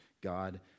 God